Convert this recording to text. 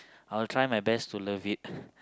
I will try my best to love it